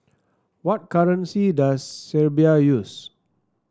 what currency does Serbia use